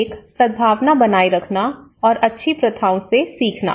एक सद्भावना बनाए रखना और अच्छी प्रथाओं से सीखना